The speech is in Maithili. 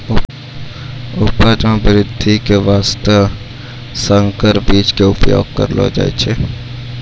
उपज मॅ वृद्धि के वास्तॅ संकर बीज के उपयोग करलो जाय छै